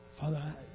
Father